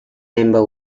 member